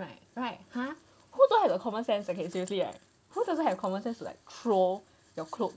right right !huh! who don't have the common sense okay seriously right who doesn't have common sense to like throw your clothes